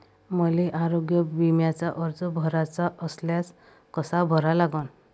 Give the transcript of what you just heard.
मले आरोग्य बिम्याचा अर्ज भराचा असल्यास कसा भरा लागन?